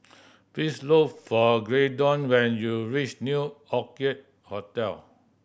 please look for Graydon when you reach New Orchid Hotel